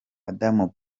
adama